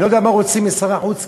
אני לא יודע מה רוצים משר החוץ קרי.